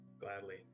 gladly